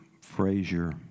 Frazier